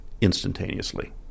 instantaneously